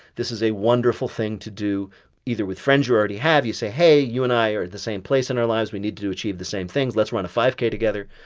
this is a wonderful thing to do either with friends you already have you say, hey you and i are in the same place in our lives. we need to achieve the same things. let's run a five k together.